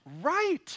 right